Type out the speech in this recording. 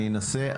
אני אנסה,